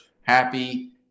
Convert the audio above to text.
happy